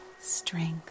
strength